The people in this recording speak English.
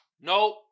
Nope